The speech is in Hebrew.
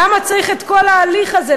למה צריך את כל ההליך הזה?